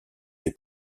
les